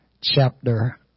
chapter